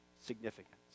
significance